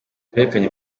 twerekanye